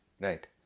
Right